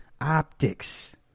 Optics